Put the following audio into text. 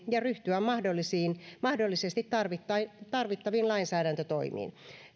ja ryhtyä mahdollisiin mahdollisesti tarvittaviin tarvittaviin lainsäädäntötoimiin